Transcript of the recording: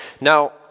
Now